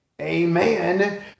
Amen